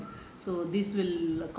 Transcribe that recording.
you can take care of your health